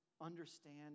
understand